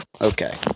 Okay